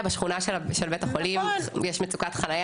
אני רוצה שהחולים יוכלו להגיע למצב שהם יכולים לטייל באיכילוב.